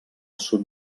sud